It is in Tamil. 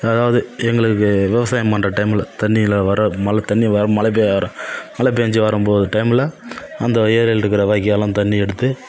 அதாவது எங்களுக்கு விவசாயம் பண்ற டைமில் தண்ணி எல்லா வராது மழை தண்ணி வ மழை பேய ஆர மழை பேய்ஞ்சி வரும்போது டைமில் அந்த ஏரியில்ருக்கற வாய்க்கால்லாம் தண்ணி எடுத்து